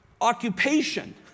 occupation